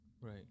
right